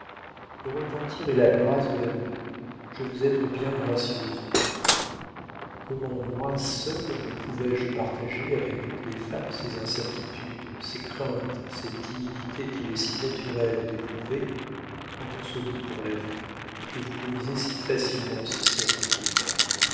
le repentir est la grâce de l'amour je veux être bien gracieuse pour toi comment moi seule ne pouvais-je partager avec toutes les femmes ces incertitudes ces craintes ces timidités qu'il est si naturel d'éprouver quand on se lie pour la vie et que vous brisez si facilement ces sortes de liens